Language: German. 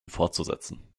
fortzusetzen